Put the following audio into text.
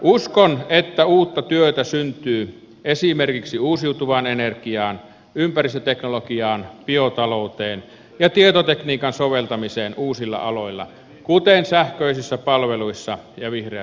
uskon että uutta työtä syntyy esimerkiksi uusiutuvaan energiaan ympäristöteknologiaan biotalouteen ja tietotekniikan soveltamiseen uusilla aloilla kuten sähköisissä palveluissa ja vihreässä taloudessa